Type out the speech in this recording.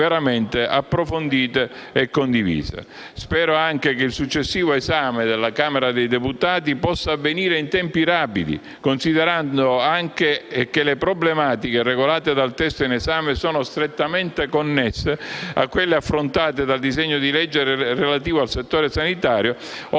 Spero anche che il successivo esame della Camera dei deputati possa avvenire in tempi rapidi, considerando anche che le problematiche regolate dal testo in esame sono strettamente connesse a quelle affrontate dal disegno di legge relativo al settore sanitario, ora all'esame